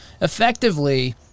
effectively